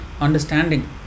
understanding